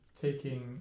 Taking